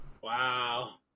Wow